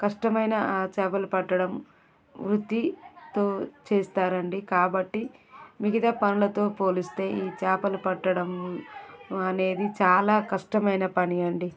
కష్టమైనా చేపలు పట్టడం వృత్తితో చేస్తారు అండి కాబట్టి మిగతా పనులతో పోలిస్తే ఈ చేపలు పట్టడము అనేది చాలా కష్టమైన పని అండి